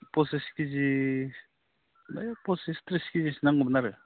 पसिस केजि ओइ पसिस त्रिस केजिसो नांगौमोन आरो